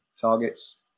targets